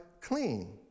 clean